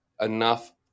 Enough